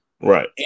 Right